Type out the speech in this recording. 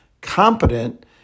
competent